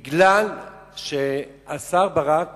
כי השר ברק